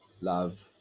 love